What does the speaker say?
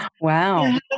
Wow